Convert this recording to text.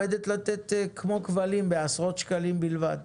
היא עומדת לתת שירות בעשרות שקלים בלבד